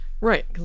Right